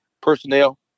personnel